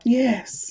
yes